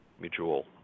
mutual